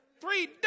three